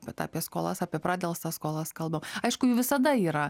kad apie skolas apie pradelstas skolas kalbam aišku jų visada yra